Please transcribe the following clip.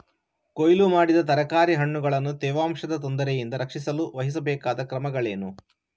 ಕೊಯ್ಲು ಮಾಡಿದ ತರಕಾರಿ ಹಣ್ಣುಗಳನ್ನು ತೇವಾಂಶದ ತೊಂದರೆಯಿಂದ ರಕ್ಷಿಸಲು ವಹಿಸಬೇಕಾದ ಕ್ರಮಗಳೇನು?